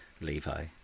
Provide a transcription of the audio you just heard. Levi